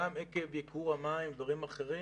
גם עקב ייקור המים ודברים אחרים.